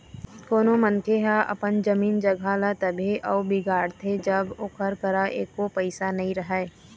कोनो मनखे ह अपन जमीन जघा ल तभे अउ बिगाड़थे जब ओकर करा एको पइसा नइ रहय